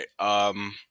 right